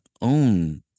own